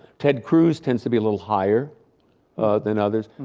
ted cruz tends to be a little higher than others.